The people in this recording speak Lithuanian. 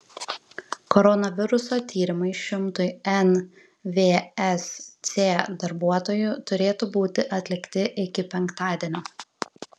koronaviruso tyrimai šimtui nvsc darbuotojų turėtų būti atlikti iki penktadienio